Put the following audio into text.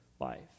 life